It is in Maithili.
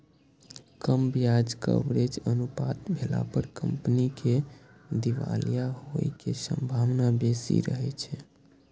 कम ब्याज कवरेज अनुपात भेला पर कंपनी के दिवालिया होइ के संभावना बेसी रहै छै